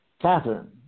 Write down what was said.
Catherine